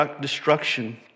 destruction